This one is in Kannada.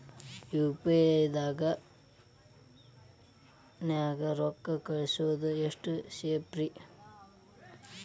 ಯು.ಪಿ.ಐ ನ್ಯಾಗ ರೊಕ್ಕ ಕಳಿಸೋದು ಎಷ್ಟ ಸೇಫ್ ರೇ?